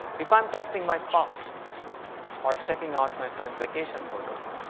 if i'm texting my spouse or checking out my friend's vacation photos,